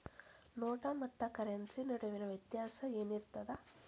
ನೋಟ ಮತ್ತ ಕರೆನ್ಸಿ ನಡುವಿನ ವ್ಯತ್ಯಾಸ ಏನಿರ್ತದ?